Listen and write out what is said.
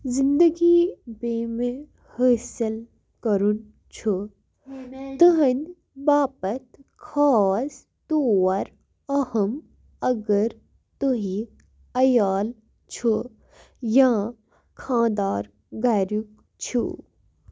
زِندگی بیٚمہِ حٲصِل کرُن چھُ تٕہٕنٛدۍ باپتھ خاص طور اہم اگر تُہہِ عیال چھُ یا خانٛدار گَریُک چھُ